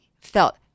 felt